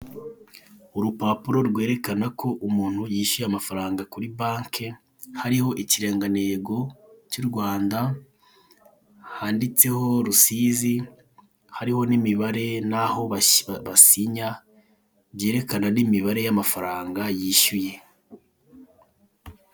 Urupapuro rwerekana ko umuntu yishyuye amafaranga kuri banki hariho ikirangantego cy' u Rwanda, handitseho Rusizi, hariho n'imibara n'aho basinya byerekana n'imibare y'amafaranga yishyuye.